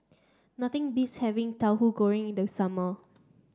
nothing beats having Tahu Goreng in the summer